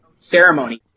ceremony